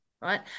right